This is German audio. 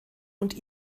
und